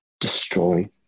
destroy